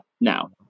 now